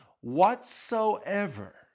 whatsoever